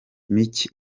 mike